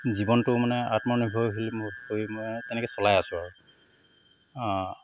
জীৱনটো মানে আত্মনিৰ্ভৰশীল হৈ মই তেনেকৈ চলাই আছো আৰু